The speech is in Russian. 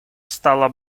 стало